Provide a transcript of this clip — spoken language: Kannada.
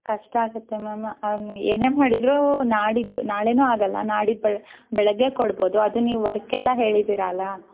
ಕಷ್ಟ ಆಗತ್ತೆ ಮ್ಯಾಮ್ ಏನೇ ಮಾಡಿದರೂ ನಾಳಿದ್ದು ನಾಳೇನು ಆಗಲ್ಲ ನಾಳಿದ್ದು ಬೆಳ್ಗ್ ಬೆಳಗ್ಗೆ ಕೊಡ್ಬೋದು ಅದು ನೀವು ವರ್ಕೆಲ್ಲ ಹೇಳಿದ್ದೀರ ಅಲ್ವಾ